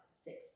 six